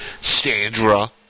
Sandra